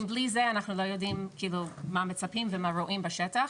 בלי זה אנחנו לא יודעים, מה מצפים ומה רואים בשטח.